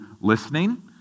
listening